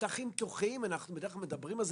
שטחים פתוחים בדרך כלל אנחנו מדברים על זה